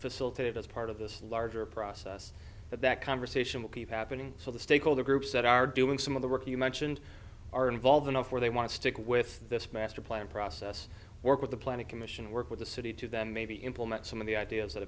facilitate as part of this larger process that conversation will keep happening so the stakeholder groups that are doing some of the work you mentioned are involved enough where they want to stick with this master plan process work with the planning commission work with the city to then maybe implement some of the ideas that